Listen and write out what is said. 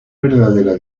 verdadera